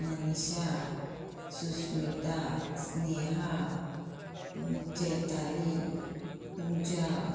Manisha Sushmita Sneha Chaitali Puja